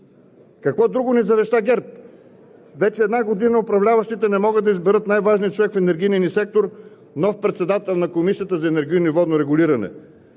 Какво друго ни завеща ГЕРБ? Вече една година управляващите не могат да изберат най-важния човек в енергийния ни сектор – нов председател на Комисията за енергийно и водно регулиране,